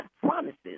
promises